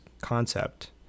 concept